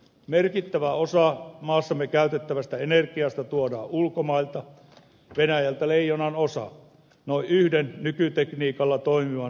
merkittävä osa maassamme käytettävästä energiasta tuodaan ulkomailta venäjältä leijonanosa noin yhden nykytekniikalla toimivan ydinvoimalan verran